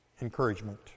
encouragement